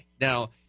Now